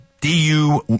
DU